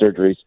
surgeries